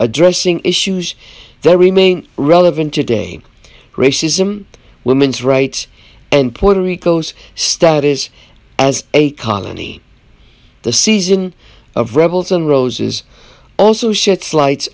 addressing issues that remain relevant today racism women's rights and puerto rico's status as a colony the season of rebels and roses also shifts lights